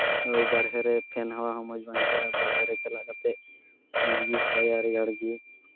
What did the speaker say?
ᱳᱭ ᱵᱟᱨᱦᱮ ᱨᱮ ᱯᱷᱮᱱ ᱦᱟᱣᱟ ᱦᱚᱸ ᱢᱮᱡᱽ ᱵᱟᱝ ᱟᱹᱭᱠᱟᱹᱜᱼᱟ ᱵᱟᱨᱦᱮ ᱨᱮ ᱪᱟᱞᱟᱣ ᱠᱟᱛᱮᱫ ᱢᱚᱡᱽ ᱜᱮ ᱦᱚᱭᱟᱭ ᱨᱮᱭᱟᱲ ᱜᱤ